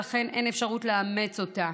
ולכן אין אפשרות לאמץ אותה.